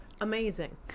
Amazing